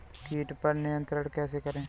कीट पर नियंत्रण कैसे करें?